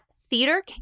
theater